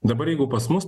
dabar jeigu pas mus